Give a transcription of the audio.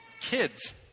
Kids